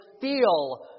feel